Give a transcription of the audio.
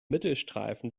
mittelstreifen